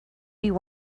you